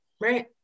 Right